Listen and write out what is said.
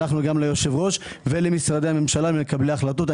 שלחנו גם ליושב-ראש ולמשרדי הממשלה ומקבלי ההחלטות.